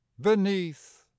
beneath